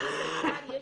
יש